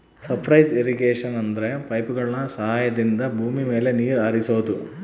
surface irrigation ಅಂದ್ರೆ ಪೈಪ್ಗಳ ಸಹಾಯದಿಂದ ಭೂಮಿ ಮೇಲೆ ನೀರ್ ಹರಿಸೋದು